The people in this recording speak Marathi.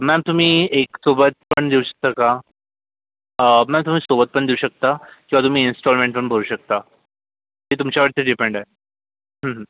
मॅम तुम्ही एक सोबत पण देऊ शकता का मॅम तुम्ही सोबत पण देऊ शकता किंवा तुम्ही इंस्टॉलमेन्टपण भरू शकता ते तुमच्यावरती डिपेंड आहे